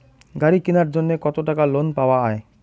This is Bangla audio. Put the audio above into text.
গাড়ি কিনার জন্যে কতো টাকা লোন পাওয়া য়ায়?